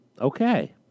Okay